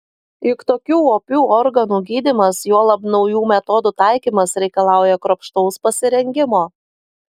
juk tokių opių organų gydymas juolab naujų metodų taikymas reikalauja kruopštaus pasirengimo